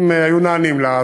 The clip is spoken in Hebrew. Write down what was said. אם היו נענים לה,